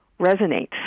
resonates